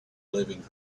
living